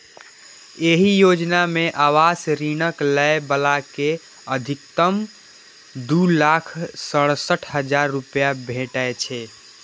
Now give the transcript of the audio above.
एहि योजना मे आवास ऋणक लै बला कें अछिकतम दू लाख सड़सठ हजार रुपैया भेटै छै